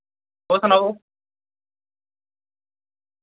होर सनाओ